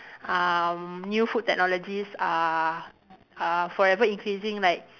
um new food technologies are are forever increasing like